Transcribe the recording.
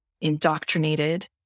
Indoctrinated